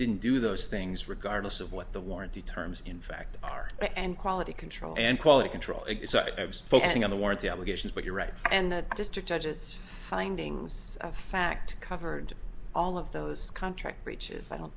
didn't do those things regardless of what the warranty terms in fact are and quality control and quality control is focusing on the warranty obligations but you're right and the district judges findings of fact covered all of those contract breaches i don't